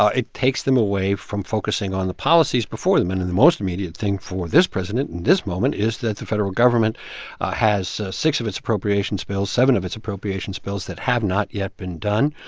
ah it takes them away from focusing on the policies before them. and and the most immediate thing for this president in this moment is that the federal government has six of its appropriations bills seven of its appropriations bills that have not yet been done.